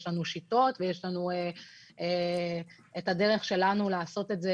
יש לנו שיטות ויש לנו את הדרך שלנו לעשות את זה